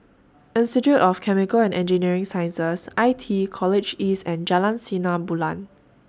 Institute of Chemical and Engineering Sciences I T E College East and Jalan Sinar Bulan